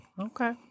Okay